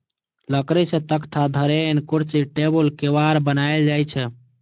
लकड़ी सं तख्ता, धरेन, कुर्सी, टेबुल, केबाड़ बनाएल जाइ छै